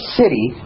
city